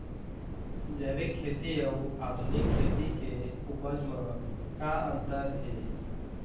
जैविक खेती अउ आधुनिक खेती के उपज म का अंतर हे?